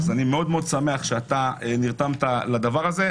אז אני מאוד מאוד שמח שנרתמת לדבר הזה.